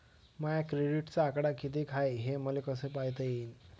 माया क्रेडिटचा आकडा कितीक हाय हे मले कस पायता येईन?